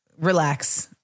Relax